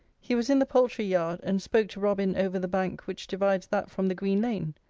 he was in the poultry-yard, and spoke to robin over the bank which divides that from the green-lane.